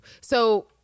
So-